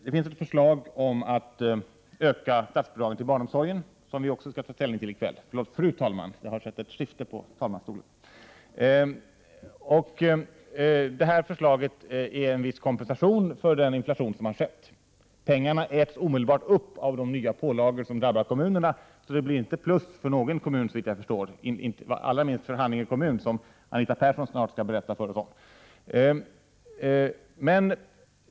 Det finns ett förslag om att öka statsbidragen till barnomsorgen som vi också skall ta ställning till i kväll. Detta förslag är en viss kompensation för den inflation som har skett. Pengarna äts omedelbart upp av de nya pålagor som drabbar kommunerna. Det blir, såvitt jag förstår, inte plus för någon kommun, allra minst för Haninge kommun, som Anita Persson snart skall berätta för oss om.